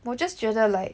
我 just 觉得 like